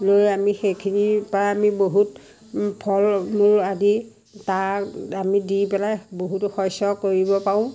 লৈ আমি সেইখিনিৰ পৰা আমি বহুত ও ফল মূল আদি তাক আমি দি পেলাই বহুতো শস্য কৰিব পাৰোঁ